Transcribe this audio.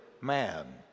man